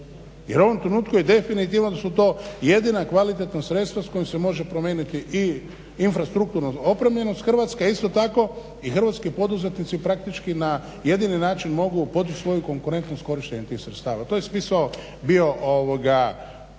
Jer u ovom trenutku definitivno su to jedina kvalitetna sredstva s kojim se može promijeniti i infrastrukturna opremljenost Hrvatske. Isto tako i hrvatski poduzetnici praktički na jedini način mogu podiči svoju konkurentnost tih sredstava, to je smisao bio mog